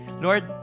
Lord